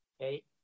okay